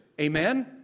Amen